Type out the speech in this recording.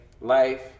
life